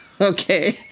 Okay